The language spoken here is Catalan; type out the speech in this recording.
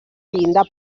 llinda